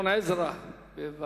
חבר הכנסת גדעון עזרא, בבקשה.